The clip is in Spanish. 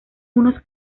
unos